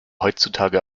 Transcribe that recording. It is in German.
heutzutage